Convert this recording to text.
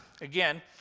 again